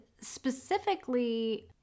specifically